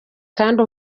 kandi